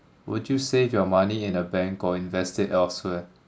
would you save your money in a bank or invest it elsewhere